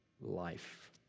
life